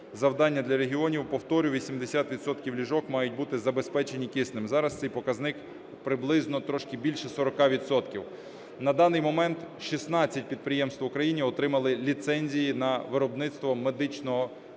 Завдання для регіонів, повторюю, 80 відсотків ліжок мають бути забезпечені киснем. Зараз цей показник приблизно трошки більше 40 відсотків. На даний момент 16 підприємств в Україні отримали ліцензії на виробництво медичного кисню